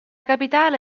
capitale